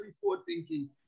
forward-thinking